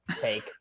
take